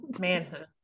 manhood